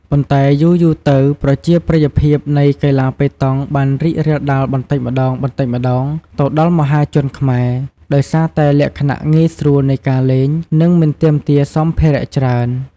ប៉ុន្តែយូរៗទៅ ប្រជាប្រិយភាពនៃកីឡាប៉េតង់បានរីករាលដាលបន្តិចម្តងៗទៅដល់មហាជនខ្មែរ ដោយសារតែលក្ខណៈងាយស្រួលនៃការលេង និងមិនទាមទារសម្ភារៈច្រើន។